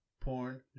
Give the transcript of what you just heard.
porn